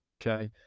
Okay